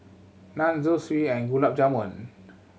Naan Zosui and Gulab Jamun